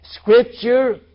Scripture